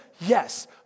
yes